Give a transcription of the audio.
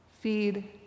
feed